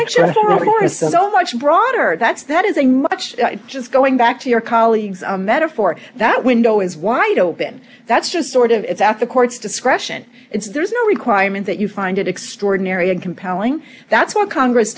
broader that's that is a much just going back to your colleagues a metaphor that window is wide open that's just sort of it's out the court's discretion it's there is no requirement that you find it extraordinary and compelling that's what congress